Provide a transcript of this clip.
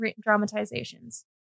dramatizations